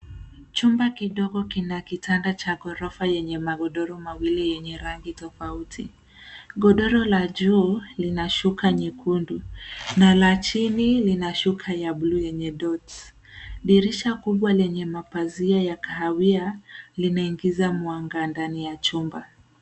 Chumba kidogo kina kitanda cha gorofa chenye magodoro mawili yenya rangi tofauti. Godoro la juu lina shuka nyekundu na la chini lina shuka ya bluu yenye doti . Dirisha kubwa lenye mapazia ya kahawia linaingiza mwanga ndani ya chumba.